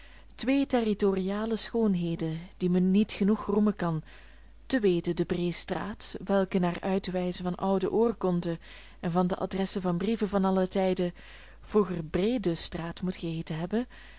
twee territoriale schoonheden die men niet genoeg roemen kan te weten de breestraat welke naar uitwijzen van oude oorkonden en van de adressen van brieven van alle tijden vroeger breedestraat moet geheeten hebben